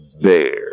bear